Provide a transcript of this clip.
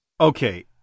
Okay